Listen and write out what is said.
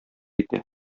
итә